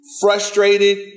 frustrated